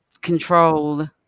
control